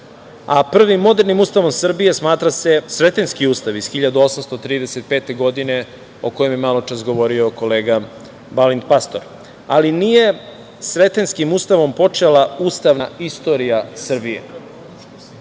a prvim modernim Ustavom Srbije smatra se Sretenjski ustav iz 1835. godine, o kojem je malo čas govorio kolega Balint Pastor. Ali, nije Sretenjskim ustavom počela istorija Srbije. Prvim